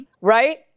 Right